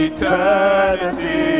Eternity